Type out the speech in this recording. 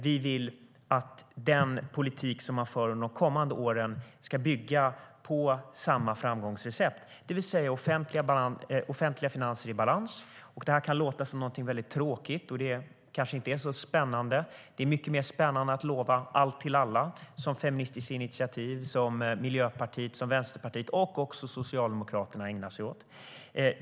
Vi vill att den politik som man för under de kommande åren ska bygga på samma framgångsrecept, det vill säga offentliga finanser i balans. Det kan låta som någonting väldigt tråkigt, och det kanske inte är så spännande. Det är mycket mer spännande att lova allt till alla som Feministiskt initiativ, Miljöpartiet, Vänsterpartiet och även Socialdemokraterna ägnar sig åt.